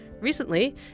Recently